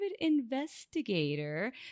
investigator